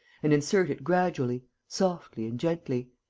and insert it gradually, softly and gently.